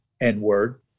N-word